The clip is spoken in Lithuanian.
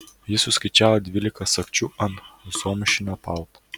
jis suskaičiavo dvylika sagčių ant zomšinio palto